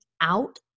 out